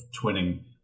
twinning